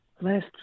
last